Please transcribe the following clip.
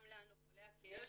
גם לנו, חולי הכאב -- יש